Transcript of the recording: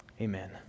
amen